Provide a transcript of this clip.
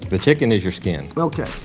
the chicken is your skin okay,